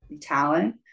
talent